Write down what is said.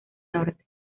norte